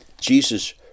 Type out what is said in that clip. Jesus